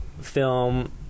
film